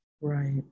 Right